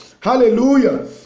Hallelujah